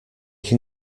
can